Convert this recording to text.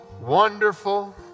Wonderful